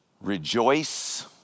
Rejoice